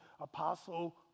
apostle